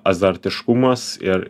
azartiškumas ir